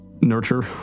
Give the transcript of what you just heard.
nurture